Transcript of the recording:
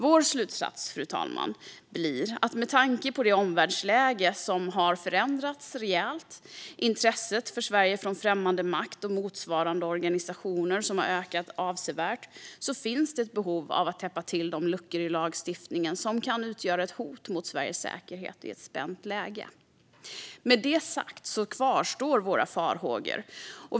Vår slutsats, fru talman, blir att med tanke på att omvärldsläget har förändrats rejält och att intresset för Sverige från främmande makt och motsvarande organisationer har ökat avsevärt finns det ett behov av att täppa till de luckor i lagstiftningen som kan utgöra ett hot mot Sveriges säkerhet i ett spänt läge. Med detta sagt kvarstår våra farhågor.